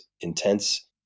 intense